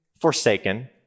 forsaken